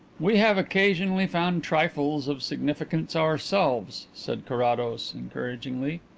we have occasionally found trifles of significance ourselves, said carrados encouragingly.